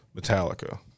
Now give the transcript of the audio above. Metallica